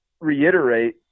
reiterate